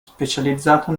specializzato